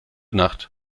nacht